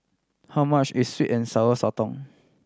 how much is sweet and Sour Sotong